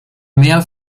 mehr